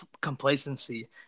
complacency